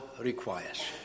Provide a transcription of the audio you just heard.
requires